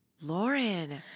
Lauren